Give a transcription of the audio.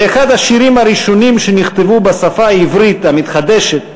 באחד השירים הראשונים שנכתבו בשפה העברית המתחדשת,